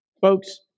Folks